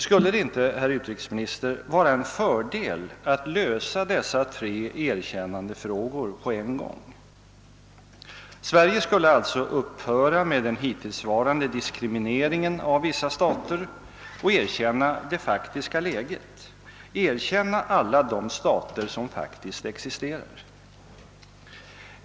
Skulle det inte, herr utrikesminister, vara en fördel att lösa dessa tre erkännandefrågor på en gång? Sverige skulle alltså upphöra med den hittillsvarande diskrimineringen av vissa stater och erkänna det faktiska läget, erkänna alla de stater som faktiskt existerar.